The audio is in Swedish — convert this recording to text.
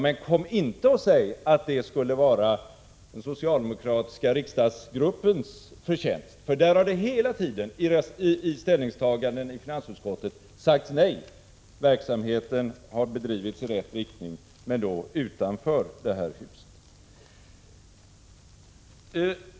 Men kom inte och säg att det skulle vara den socialdemokratiska riksdagsgruppens förtjänst! Den har hela tiden i sina ställningstaganden i finansutskottet sagt nej. Verksamheten har bedrivits i rätt riktning, men utanför det här huset.